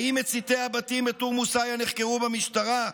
האם מציתי הבתים בתורמוס עיא נחקרו במשטרה?